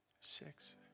Six